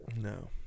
No